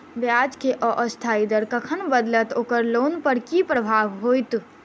ब्याज केँ अस्थायी दर कखन बदलत ओकर लोन पर की प्रभाव होइत?